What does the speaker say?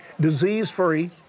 disease-free